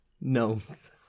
Gnomes